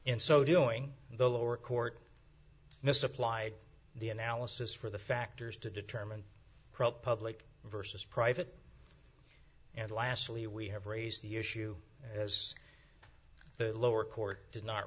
in so doing the lower court misapplied the analysis for the factors to determine public versus private and lastly we have raised the issue as the lower court did not